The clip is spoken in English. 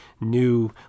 new